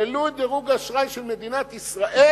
העלו את דירוג האשראי של מדינת ישראל,